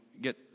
get